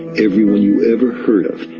everyone you ever heard of,